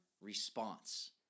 response